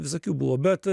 visokių buvo bet